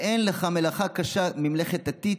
שאין לך קשה ממלאכת הטיט,